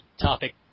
topic